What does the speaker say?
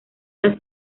las